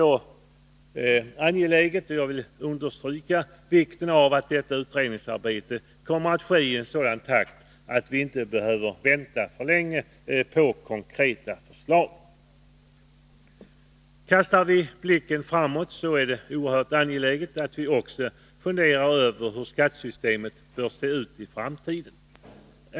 Jag vill understryka angelägenheten av att det utredningsarbetet sker i en sådan takt att vi inte behöver vänta alltför länge på konkreta förslag. Kastar vi blicken framåt så är det oerhört angeläget att vi också funderar över hur skattesystemet bör se ut i framtiden.